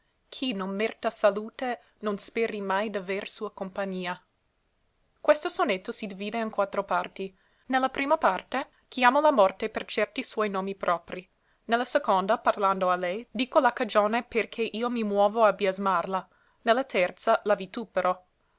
chi non merta salute non speri mai d'aver sua compagnia questo sonetto si divide in quattro parti ne la prima parte chiamo la morte per certi suoi nomi propri ne la seconda parlando a lei dico la cagione per che io mi muovo a biasimarla ne la terza la vitupero ne